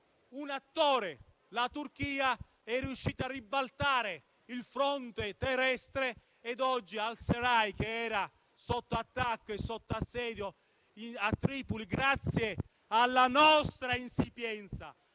un attore (la Turchia) è riuscito a ribaltare il fronte terrestre. Oggi al-Serraj, che era sotto attacco e sotto assedio a Tripoli grazie alla nostra insipienza